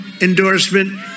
endorsement